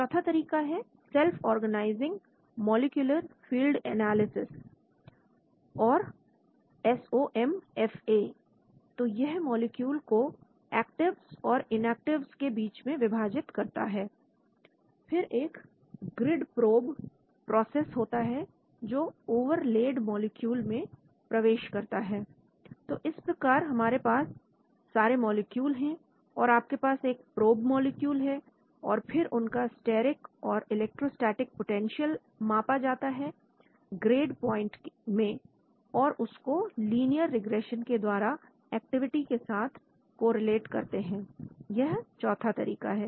चौथा तरीका है self organizing molecular field analysis self organizing molecular field analysis SOMFA तो यह मॉलिक्यूल को एक्टिवस और इनएक्टिवस के बीच में विभाजित करता है फिर एक ग्रिड प्रोब प्रोसेस होता है जो ओवरलेड मॉलिक्यूल में प्रवेश करता है तो इस प्रकार हमारे पास सारे मॉलिक्यूल हैं और आपके पास एक प्रोब मॉलिक्यूल है और फिर उनका स्टेरिक और इलेक्ट्रोस्टेटिक पोटेंशियल मापा जाता है ग्रेड प्वाइंट में और उसको लिनियर रिग्रेशन के द्वारा एक्टिविटी के साथ संबंधित या कोरिलेट करते हैं यह चौथा तरीका है